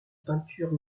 peintures